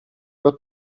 got